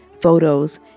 photos